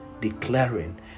declaring